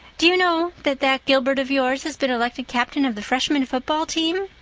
do you know that that gilbert of yours has been elected captain of the freshman football team?